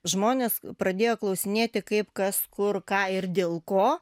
žmonės pradėjo klausinėti kaip kas kur ką ir dėl ko